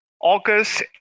August